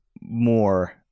more